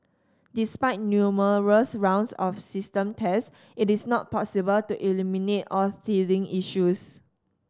despite numerous rounds of system test it is not possible to eliminate all teething issues